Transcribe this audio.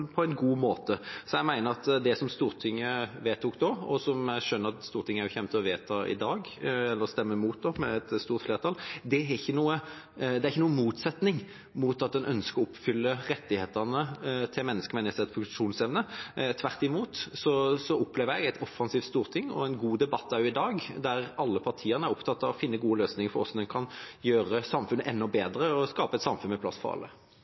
det som jeg skjønner at Stortinget i dag kommer til å stemme imot med et stort flertall, står ikke det i motsetning til at en ønsker å oppfylle rettighetene til mennesker med nedsatt funksjonsevne. Tvert imot opplever jeg et offensivt storting og en god debatt også i dag, der alle partier er opptatt av å finne gode løsninger for hvordan en kan gjøre samfunnet enda bedre og skape et samfunn med